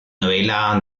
novela